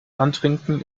antrinken